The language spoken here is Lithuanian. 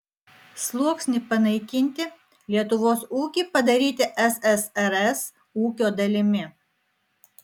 sluoksnį panaikinti lietuvos ūkį padaryti ssrs ūkio dalimi